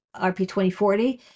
RP2040